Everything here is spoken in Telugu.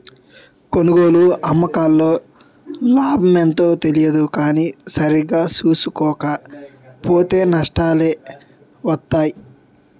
కొనుగోలు, అమ్మకాల్లో లాభమెంతో తెలియదు కానీ సరిగా సూసుకోక పోతో నట్టాలే వొత్తయ్